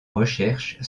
recherche